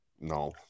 No